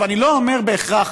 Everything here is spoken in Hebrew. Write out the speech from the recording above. אני לא אומר בהכרח,